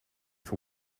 for